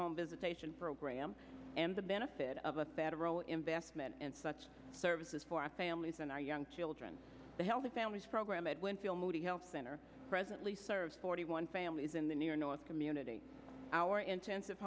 home visitation program and the benefit of a federal investment and such services for our families and our young children the healthy families program edwyn feel moody health center presently serves forty one families in the near north community our intensive